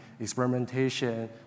experimentation